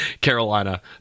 Carolina